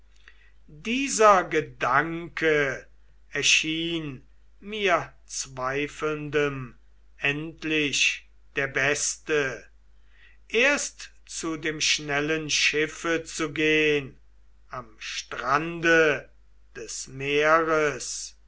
dieser gedanke erschien nur zweifelndem endlich der beste erst zu dem schnellen schiffe zu gehn am strande des meeres